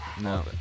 No